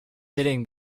sitting